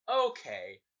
okay